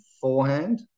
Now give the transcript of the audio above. forehand